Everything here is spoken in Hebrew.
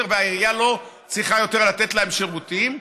והעירייה לא צריכה יותר לתת להם שירותים,